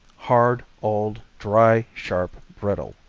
hard, old, dry, sharp, brittle.